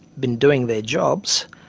been doing their jobs,